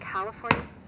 California